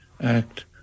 act